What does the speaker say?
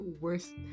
worst